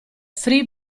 free